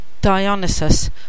Dionysus